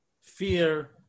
fear